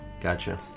Gotcha